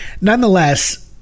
nonetheless